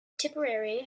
tipperary